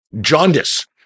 jaundice